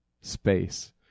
space